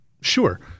sure